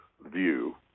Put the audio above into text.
view